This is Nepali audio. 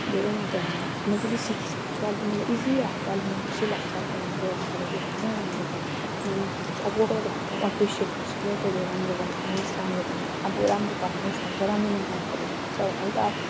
धेरै मात्रमा मजाले सिकिसकेको छु अहिले त मलाई इजी लाग्छ अहिले त मलाई खुसी लाग्छ राम्रो पढेँ होइन राम्रो गरेँ अनि राम्रो भन्नु हुन्छ अब कोही कोही बेला घरमा एप्रिसिएट गर्छ क्या तैँले राम्रो बनाइस् राम्रो बना अब राम्रो बनाइस् भन्छ राम्रो नबनाएको बेलामा चाहिँ अब हल्का